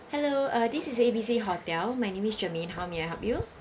hello uh this is A B C hotel my name is germaine how may I help you